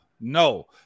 No